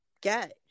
get